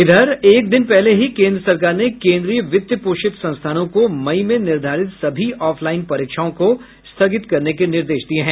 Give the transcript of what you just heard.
इधर एक दिन पहले ही केंद्र सरकार ने केंद्रीय वित्त पोषित संस्थानों को मई में निर्धारित सभी ऑफलाइन परीक्षाओं को स्थगित करने के निर्देश दिये हैं